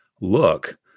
look